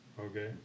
Okay